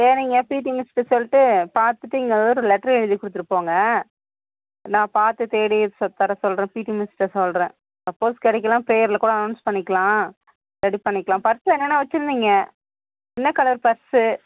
சரிங்க பிடி மிஸ்கிட்ட சொல்லிட்டு பார்த்துட்டு இங்கே வந்துட்டு ஒரு லெட்ரு எழுதி கொடுத்துட்டு போங்க நான் பார்த்து தேடி ச தர சொல்கிறேன் பிடி மிஸ்கிட்ட சொல்கிறேன் சப்போஸ் கிடைக்கிலனா பிரேயரில் கூட அலோன்ஸ் பண்ணிக்கலாம் ரெடி பண்ணிக்கலாம் பர்ஸில் என்னென்ன வச்சிருந்தீங்க என்ன கலர் பர்ஸு